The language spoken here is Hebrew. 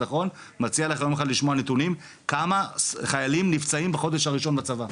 מציע לכם לשמוע נתונים כמה חיילים נפצעים בחודש הראשון לצבא,